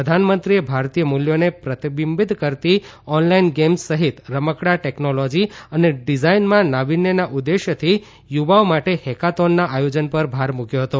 પ્રધાનમંત્રીએ ભારતીય મૂલ્યોને પ્રતિબિંબિત કરતી ઓનલાઈન ગેમ સહિત રમકડા ટેકનોલોજી અને ડિઝાઈનમાં નાવીન્યના ઉદ્દેશ્યથી યુવાઓ માટે હેકાથીનના આયોજન પર ભાર મૂક્યો હતો